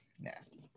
nasty